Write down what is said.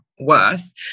worse